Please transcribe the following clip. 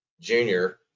junior